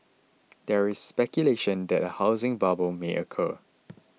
there is speculation that a housing bubble may occur